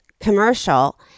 commercial